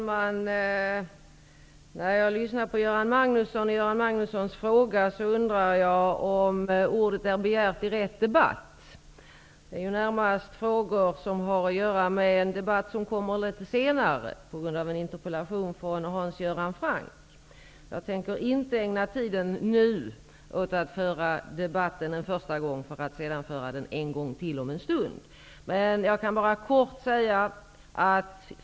Herr talman! Jag undrar om Göran Magnusson har begärt ordet i rätt debatt. Hans frågor har närmast att göra med en debatt som kommer litet senare i anledning av en interpellation från Hans Göran Franck. Jag tänker inte ägna tid nu åt att föra debatten en första gång och sedan ta den en gång till om en stund.